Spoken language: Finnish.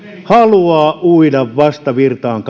haluaa uida vastavirtaan